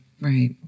right